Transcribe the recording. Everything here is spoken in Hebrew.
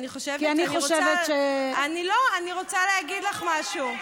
כי אני חושבת, אני רוצה להגיד לך משהו.